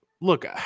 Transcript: look